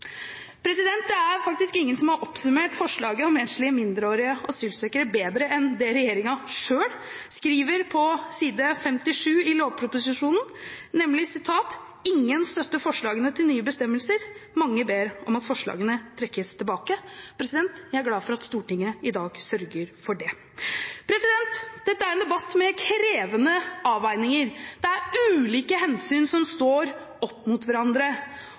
Det er faktisk ingen som har oppsummert forslaget om enslige mindreårige asylsøkere bedre enn det regjeringen selv skriver på side 57 i lovproposisjonen: «Ingen støtter forslagene til nye bestemmelser. Mange ber om at forslagene trekkes tilbake.» Jeg er glad for at Stortinget i dag sørger for det. Dette er en debatt med krevende avveininger. Det er ulike hensyn som står opp mot hverandre.